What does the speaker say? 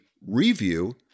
review